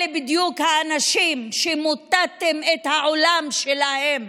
אלה בדיוק האנשים שמוטטתם את העולם שלהם,